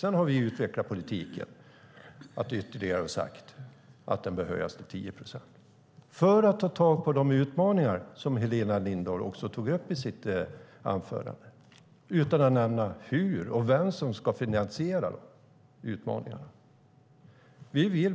Sedan har vi utvecklat politiken ytterligare och sagt att ersättningen bör höjas till 10 procent för att på så sätt ta tag i de utmaningar som Helena Lindahl tog upp i sitt anförande, dock utan att nämna vem som ska finansiera dessa utmaningar och hur.